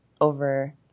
over